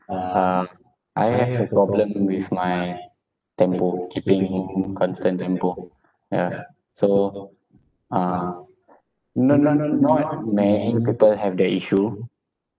uh I have a problem with my tempo keeping constant tempo yeah so uh no no no not many people have that issue